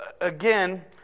again